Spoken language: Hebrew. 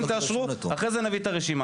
קודם תאשרו ואחרי זה נביא את הרשימה.